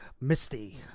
Misty